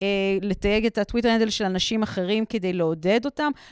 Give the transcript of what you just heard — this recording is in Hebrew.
לתייג את הטוויטר הנדל של אנשים אחרים כדי לעודד אותם.